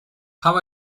how